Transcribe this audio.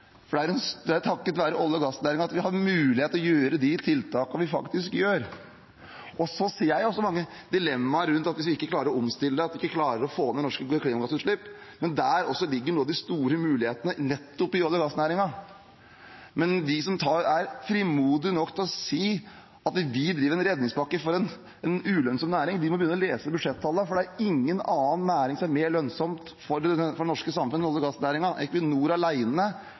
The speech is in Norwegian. Det er takket være olje- og gassnæringen at vi har mulighet til å gjøre de tiltakene vi faktisk gjør. Jeg ser også mange dilemmaer om vi ikke klarer å omstille, om vi ikke klarer å få ned norske klimagassutslipp, men også der ligger noen av de store mulighetene nettopp i olje- og gassnæringen. De som er frimodige nok til å si at vi driver og gir en redningspakke for en ulønnsom næring, må lese budsjettallene, for det er ingen annen næring som er mer lønnsom for det norske samfunnet enn olje- og